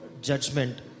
judgment